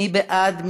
מי בעד?